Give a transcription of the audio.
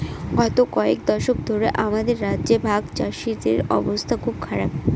গত কয়েক দশক ধরে আমাদের রাজ্যে ভাগচাষীদের অবস্থা খুব খারাপ